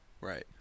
Right